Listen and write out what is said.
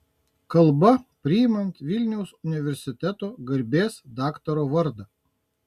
kalba priimant vilniaus universiteto garbės daktaro vardą